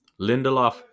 Lindelof